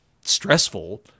stressful